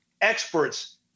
experts